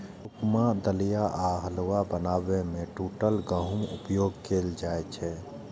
उपमा, दलिया आ हलुआ बनाबै मे टूटल गहूमक उपयोग कैल जाइ छै